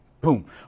boom